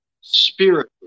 spirit